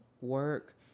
work